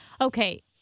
Okay